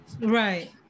Right